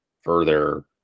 further